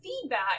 feedback